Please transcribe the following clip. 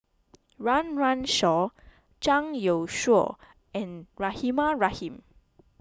Run Run Shaw Zhang Youshuo and Rahimah Rahim